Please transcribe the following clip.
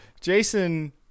Jason